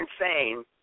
insane